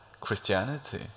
Christianity